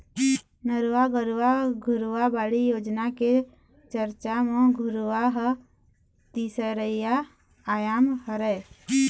नरूवा, गरूवा, घुरूवा, बाड़ी योजना के चरचा म घुरूवा ह तीसरइया आयाम हरय